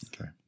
Okay